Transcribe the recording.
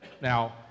now